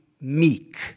meek